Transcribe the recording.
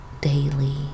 daily